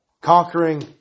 Conquering